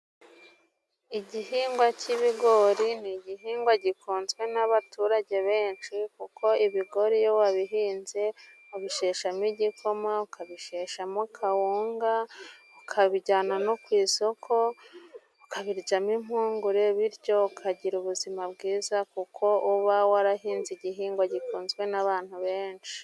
Igihingwa cy'ibigori ni igihingwa gikunzwe n'abaturage benshi, kuko ibigori iyo wabihinze ubisheshamo igikoma, ukabisheshamo kawunga, ukabijyana no ku isoko ukabiryamo impungure ,bityo ukagira ubuzima bwiza kuko uba warahinze igihingwa gikunzwe n'abantu benshi .